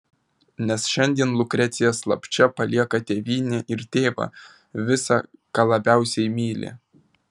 nes šiandien lukrecija slapčia palieka tėvynę ir tėvą visa ką labiausiai myli